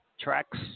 tracks